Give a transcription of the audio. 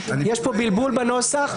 יש פה בלבול בנוסח,